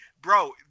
Bro